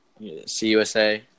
CUSA